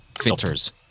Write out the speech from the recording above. Filters